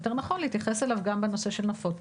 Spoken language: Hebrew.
יותר נכון להתייחס לצפון גם בנושא של נפות.